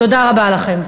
תודה רבה לכם.